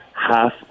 Half